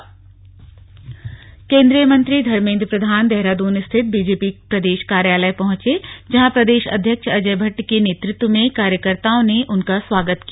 BJP केंद्रीय मंत्री धर्मेद्र प्रधान देहरादून स्थित बीजेपी प्रदेश कार्यालय पहुंचे जहां प्रदेश अध्यक्ष अजय भट्ट के नेतृत्व में कार्यकर्ताओं ने उनका स्वागत किया